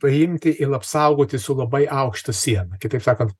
paimti apsaugoti su labai aukšta siena kitaip sakant